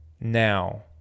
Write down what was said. now